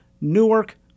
Newark